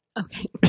Okay